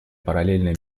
параллельное